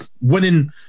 winning